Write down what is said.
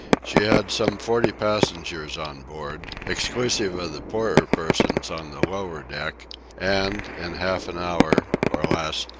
she had some forty passengers on board, exclusive of the poorer persons on the lower deck and in half an hour, or less,